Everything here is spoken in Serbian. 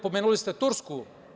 Pomenuli ste Tursku.